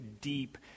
deep